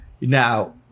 Now